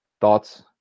thoughts